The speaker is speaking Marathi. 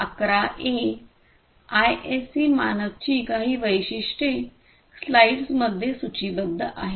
11a ISA मानकची काही वैशिष्ट्ये स्लाइड्समध्ये सूचीबद्ध आहेत